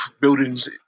buildings